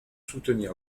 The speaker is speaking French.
soutenir